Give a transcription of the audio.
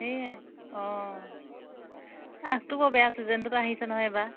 সেয়াই অ ৰাসটো বৰ বেয়া ছিজনটোত আহিছে নহয় এইবাৰ